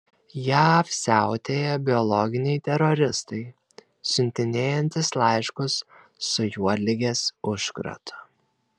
jav siautėja biologiniai teroristai siuntinėjantys laiškus su juodligės užkratu